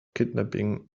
kidnapping